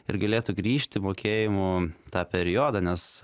ir galėtų grįžt į mokėjimų tą periodą nes